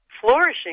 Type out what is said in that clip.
flourishing